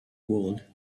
world